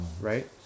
Right